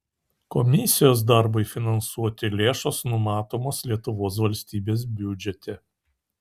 komisijos darbui finansuoti lėšos numatomos lietuvos valstybės biudžete